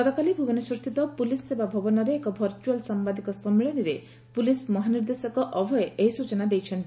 ଗତକାଲି ଭୁବନେଶ୍ୱରସ୍ଥିତ ପୁଲିସ୍ ସେବା ଭବନରେ ଏକ ଭରୂଆଲ୍ ସାମ୍ଘାଦିକ ସଶ୍ନିଳନୀରେ ପୁଲିସ୍ ମହାନିର୍ଦ୍ଦେଶକ ଅଭୟ ଏହି ସୂଚନା ଦେଇଛନ୍ତି